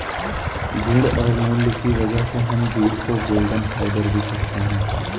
गुण और मूल्य की वजह से हम जूट को गोल्डन फाइबर भी कहते है